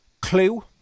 Clue